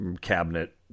cabinet